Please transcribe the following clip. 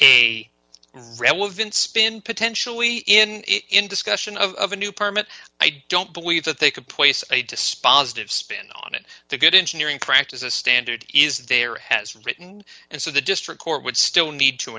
a relevant spin potentially in it in discussion of a new permit i don't believe that they could place a dispositive spin on it the good engineering practice a standard is there has written and so the district court would still need to